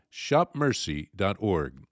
shopmercy.org